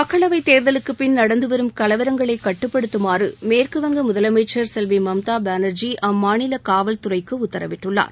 மக்களவை தேர்தலுக்குப்பின் நடந்து வரும் கலவரங்களை கட்டுப்படுத்தமாறு மேற்கு வங்க முதலமைச்சர் செல்வி மம்தா பானர்ஜி அம்மாநில காவல்துறைக்கு உத்தரவிட்டுள்ளார்